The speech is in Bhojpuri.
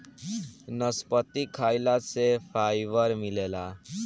नसपति खाइला से फाइबर मिलेला